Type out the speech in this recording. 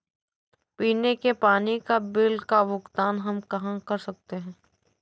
पीने के पानी का बिल का भुगतान हम कहाँ कर सकते हैं?